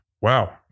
Wow